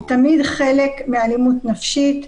היא תמיד חלק מאלימות נפשית,